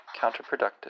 counterproductive